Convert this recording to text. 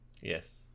yes